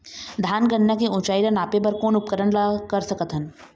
धान गन्ना के ऊंचाई ला नापे बर कोन उपकरण ला कर सकथन?